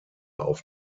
auf